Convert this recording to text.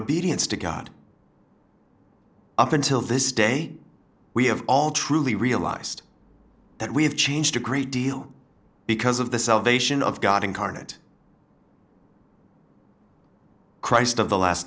obedience to god up until this day we have all truly realized that we have changed a great deal because of the salvation of god incarnate christ of the last